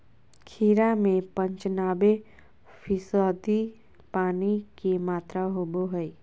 खीरा में पंचानबे फीसदी पानी के मात्रा होबो हइ